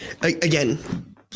again